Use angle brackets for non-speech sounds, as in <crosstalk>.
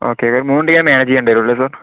okay ഇവർ മൂന്ന് <unintelligible> manage ചെയ്യേണ്ടി വരും അല്ലെ സർ